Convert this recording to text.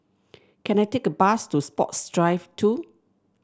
can I take a bus to Sports Drive Two